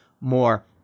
more